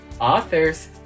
authors